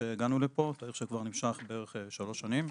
תהליך שכבר נמשך בערך שלוש שנים,